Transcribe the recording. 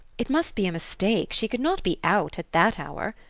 it must be a mistake she could not be out at that hour.